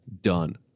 Done